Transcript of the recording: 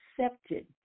accepted